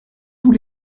tous